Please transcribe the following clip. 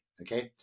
Okay